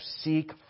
Seek